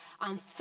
on